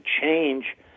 change